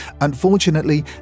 Unfortunately